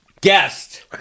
guest